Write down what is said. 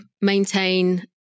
maintain